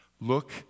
Look